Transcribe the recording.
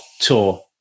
tour